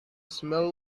smell